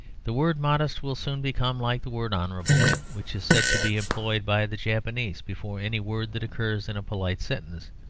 the word modest will soon become like the word honourable, which is said to be employed by the japanese before any word that occurs in a polite sentence,